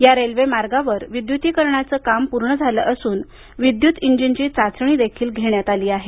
या रेल्वे मार्गावर विद्युतीकरणाचं काम पूर्ण झालं असून विद्युत इंजिनची चाचणी देखील घेण्यात आली आहे